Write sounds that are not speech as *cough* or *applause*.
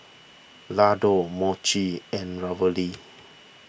Ladoo *unintelligible* and *unintelligible*